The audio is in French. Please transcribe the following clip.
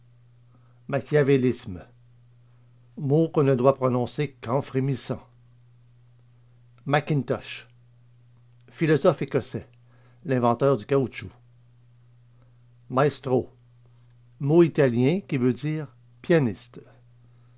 machiavélisme mot qu'on ne doit prononcer qu'en frémissant mackintosh philosophe écossais l'inventeur du caoutchouc maestro mot italien qui veut dire pianiste